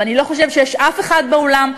ואני לא חושבת שיש אפילו אחד באולם,